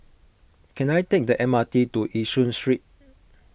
can I take the M R T to Yishun Street